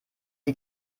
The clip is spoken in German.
die